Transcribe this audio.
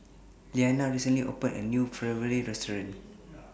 Liliana recently opened A New Ravioli Restaurant